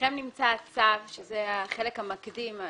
בפניכם נמצא הצו, שזה החלק המקדים.